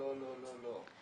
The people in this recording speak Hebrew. לא, לא, לא.